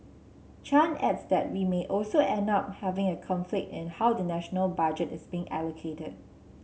Chan adds that we may also end up having a conflict in how the national budget is being allocated